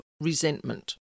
resentment